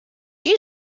you